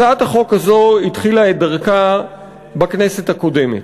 הצעת החוק הזו התחילה את דרכה בכנסת הקודמת.